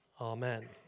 Amen